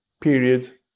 period